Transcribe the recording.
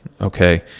okay